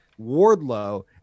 Wardlow